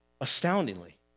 astoundingly